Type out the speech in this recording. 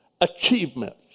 achievements